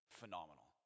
phenomenal